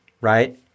right